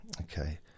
okay